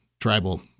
tribal